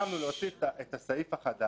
הסכמנו להוסיף את הסעיף החדש,